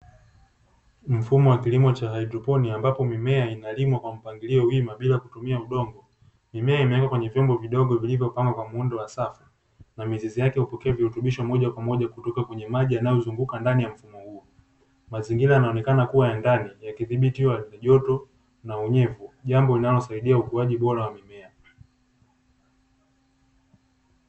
Mfumo wa kilimo cha hydroponi, ambapo mimea inalimwa kwa mpangilio wima bila kutumia udongo. Mimea imewekwa kwenye vyombo vidogo vilivyopangwa kwa muundo wa safu na mizizi yake hupokea virutubisho moja kwa moja kutoka kwenye maji yanayozunguka ndani ya mfumo huu. Mazingira yanaonekana kuwa ya ndani, yakidhibitiwa joto na unyevu. Jambo linalosaidia ukuaji bora wa mimea.